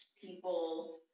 people